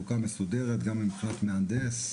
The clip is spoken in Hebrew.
כמובן שבחלוקה מסודרת, גם מבחינת מהנדס,